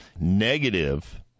negative